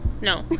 no